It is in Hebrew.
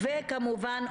וכמובן,